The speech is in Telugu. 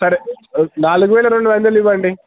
సరే నాలుగువేల రెండు వందలు ఇవ్వండి